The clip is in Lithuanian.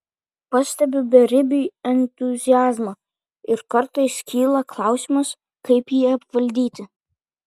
pastebiu beribį entuziazmą ir kartais kyla klausimas kaip jį apvaldyti